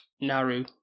Naru